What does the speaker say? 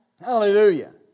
Hallelujah